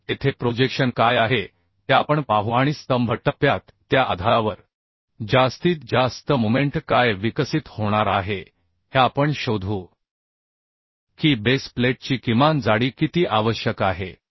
तर तेथे प्रोजेक्शन काय आहे ते आपण पाहू आणि स्तंभ टप्प्यात त्या आधारावर जास्तीत जास्त मोमेंट काय विकसित होणार आहे हे आपण शोधू की बेस प्लेटची किमान जाडी किती आवश्यक आहे